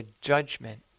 judgment